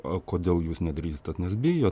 o kodėl jūs nedrįstat nes bijo